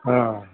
हा